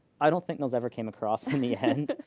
i don't think those ever came across in the end.